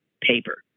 paper